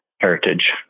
heritage